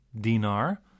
dinar